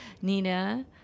Nina